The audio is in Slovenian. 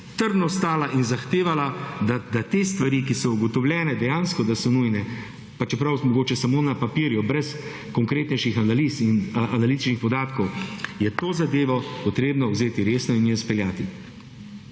trdno stala in zahtevala, da te stvari, ki so ugotovljene, dejansko, da so nujne, pa čeprav mogoče samo na papirju brez konkretnejših analiz in analitičnih podatkov, je to zadevo potrebno vzeti resno in jo izpeljati.